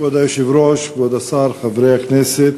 כבוד היושב-ראש, כבוד השר, חברי הכנסת,